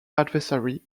adversary